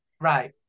Right